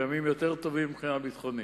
וימים יותר טובים מבחינה ביטחונית.